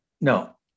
No